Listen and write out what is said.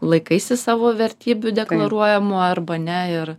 laikaisi savo vertybių deklaruojamų arba ne ir